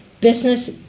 business